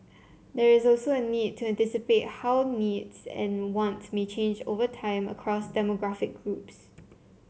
there is also a need to anticipate how needs and wants may change over time and across demographic groups